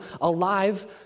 alive